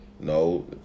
No